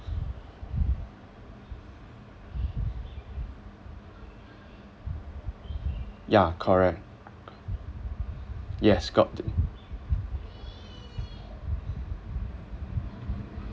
ya correct yes got in